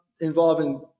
involving